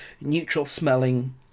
neutral-smelling